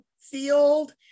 field